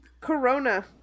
Corona